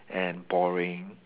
and boring